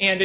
and it